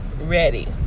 ready